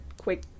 quick